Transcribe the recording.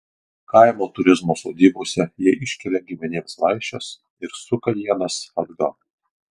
kaimo turizmo sodybose jie iškelia giminėms vaišes ir suka ienas atgal